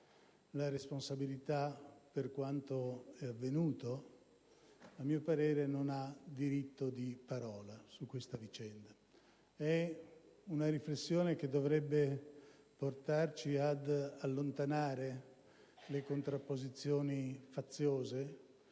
la responsabilità di quanto è avvenuto, a mio parere, non ha diritto di parola su questa vicenda. È una riflessione che dovrebbe portarci ad allontanare le contrapposizioni faziose